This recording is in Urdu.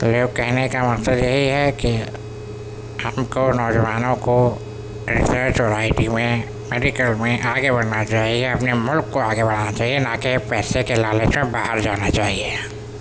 تو یہ کہنے کا مقصد یہی ہے کہ ہم کو نوجوانوں کو ریسرچ اور آئی ٹی میں میڈیکل میں آگے بڑھنا چاہیے اپنے ملک کو آگے بڑھانا چاہیے نہ کہ پیسے کے لالچ میں باہر جانا چاہیے